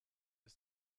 ist